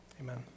Amen